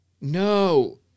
No